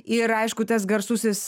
ir aišku tas garsusis